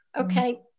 okay